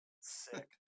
sick